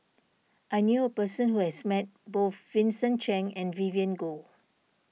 I knew a person who has met both Vincent Cheng and Vivien Goh